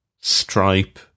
Stripe